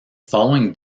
following